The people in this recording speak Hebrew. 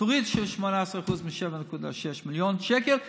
תוריד 18% מ-7.6 מיליון שקל בשנה,